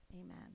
amen